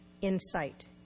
insight